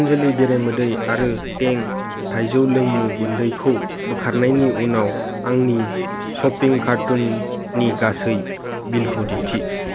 पोतनजलि बेरेमोदै आरो तें थायजौ लोंमु गुन्दैखौ बोखारनायनि उनाव आंनि सपिं कार्टुन नि गासै बिलखौ दिन्थि